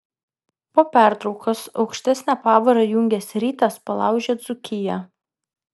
po pertraukos aukštesnę pavarą įjungęs rytas palaužė dzūkiją